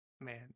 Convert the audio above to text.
Man